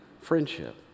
friendship